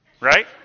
right